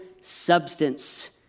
substance